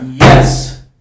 yes